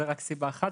זאת רק סיבה אחת,